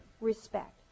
respect